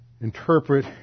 interpret